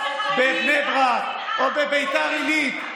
בבני ברק או בביתר עילית,